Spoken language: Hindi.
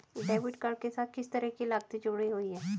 डेबिट कार्ड के साथ किस तरह की लागतें जुड़ी हुई हैं?